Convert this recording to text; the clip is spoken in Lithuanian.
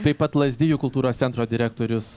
taip pat lazdijų kultūros centro direktorius